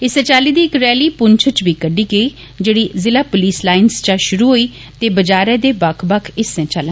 इस्सै चाल्ली दी इक रैली पुंछ च बी कड्डी गेई जेड़ी जिला पुलिस लाईन चां षुरु होई ते बाजारै दे बक्ख बक्ख हिस्सें चां लंगी